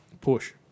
Push